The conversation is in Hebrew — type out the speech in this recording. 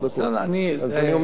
אני נתתי לך.